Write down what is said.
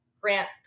Grant